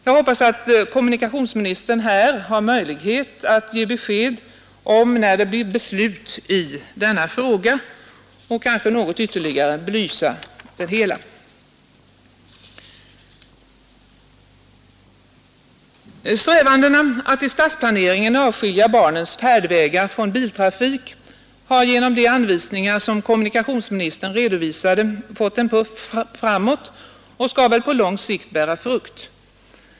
Jag hoppas att kommunikationsministern har möjlighet att ge besked om när det blir beslut i denna fråga och att kanske något ytterligare belysa det hela. Strävandena att i stadsplaneringen avskilja barnens färdvägar från biltrafik har genom de anvisningar som kommunikationsministern redovisade fått en puff framåt och skall väl på lång sikt bära frukt.